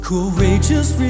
Courageous